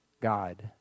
God